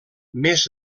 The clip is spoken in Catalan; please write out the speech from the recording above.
més